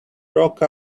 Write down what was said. broke